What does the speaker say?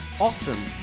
Awesome